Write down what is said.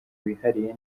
wihariye